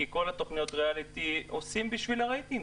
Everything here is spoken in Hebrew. כי את כל תוכניות הריאליטי עושים בשביל הרייטינג.